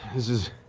is is